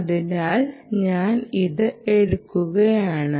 അതിനാൽ ഞാൻ അത് എടുക്കുകയാണ്